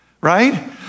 right